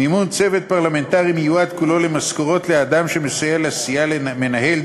מימון צוות פרלמנטרי מיועד כולו למשכורת לאדם שמסייע לסיעה: מנהל,